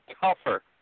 tougher